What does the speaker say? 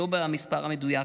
לא במספר המדויק.